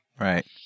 Right